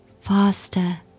faster